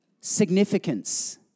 Significance